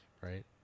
Right